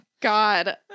God